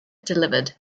delivered